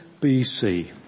BC